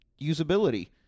usability